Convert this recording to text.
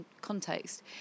context